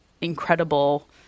incredible